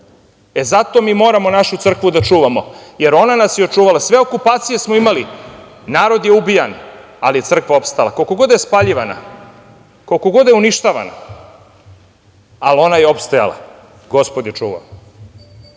Zato moramo našu crkvu da čuvamo, jer ona nas je očuvala. Sve okupacije smo imali, narod je ubijan, ali je crkva opstala. Koliko god da je spaljivana, koliko god da je uništavana, ali ona je opstajala, gospod je čuva.I